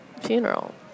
funeral